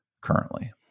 currently